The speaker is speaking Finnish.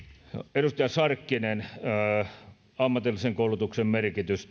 edustaja sarkkinen ammatillisen koulutuksen merkitys